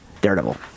Daredevil